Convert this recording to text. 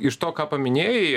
iš to ką paminėjai